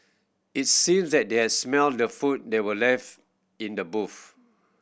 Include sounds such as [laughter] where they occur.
it seemed that they had smelt the food that were left in the [unintelligible]